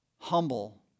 Humble